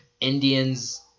Indians